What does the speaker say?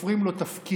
תופרים לו תפקיד.